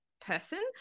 person